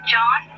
John